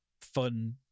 fun